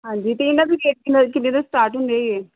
ਹਾਂਜੀ ਅਤੇ ਇਹਨਾਂ ਦੇ ਰੇਟ ਕਿੰਨੇ ਕਿੰਨੇ 'ਤੇ ਸਟਾਟ ਹੁੰਦੇ ਜੀ ਇਹ